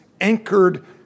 anchored